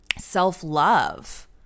self-love